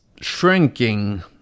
shrinking